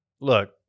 look